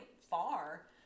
far